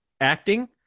acting